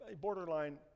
borderline